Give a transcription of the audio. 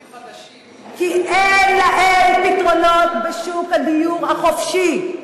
עולים חדשים --- כי אין להם פתרונות בשוק הדיור החופשי.